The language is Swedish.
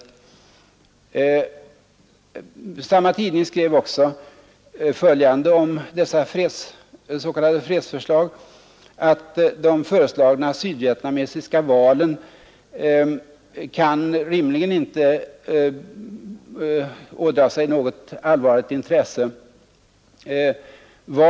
I samma tidningsartikel heter det vidare om dessa s.k. fredsförslag: De föreslagna sydvietnamesiska valen kommer inte att tilldra sig något allvarligt intresse i Vietnam.